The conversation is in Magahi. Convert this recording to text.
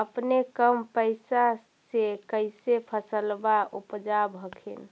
अपने कम पैसा से कैसे फसलबा उपजाब हखिन?